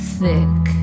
thick